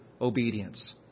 obedience